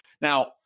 Now